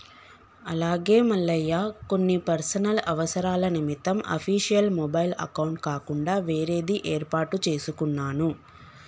అలాగే మల్లయ్య కొన్ని పర్సనల్ అవసరాల నిమిత్తం అఫీషియల్ మొబైల్ అకౌంట్ కాకుండా వేరేది ఏర్పాటు చేసుకున్నాను